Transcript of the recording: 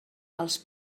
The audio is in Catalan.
els